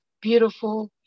beautiful